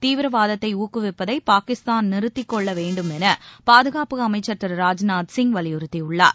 தீவிரவாதத்தைஊக்குவிப்பதைபாகிஸ்தான் கொள்ளவேண்டும் எனபாதுகாப்பு அமைச்சர்திரு ராஜ்நாத் சிங் வலியுறுத்தியுள்ளார்